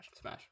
Smash